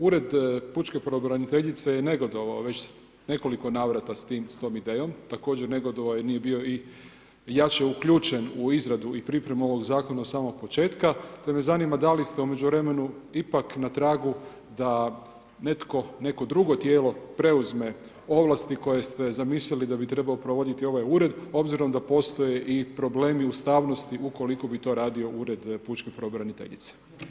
Ured pučke pravobraniteljice je negodovao već u nekoliko navrata s tom idejom, također, negodovao je nije bio jače uključen u izradu i pripremu ovog zakona od samog početka, pa me zanima, da li ste u međuvremenu ipak na tragu da netko, neko drugo tijelo preuzme ovlasti koje ste zamislili da bi trebalo provoditi ovaj Ured, obzorom da postoje i problemi ustavnosti, ukoliko bi to radio Ured pučke pravobraniteljice.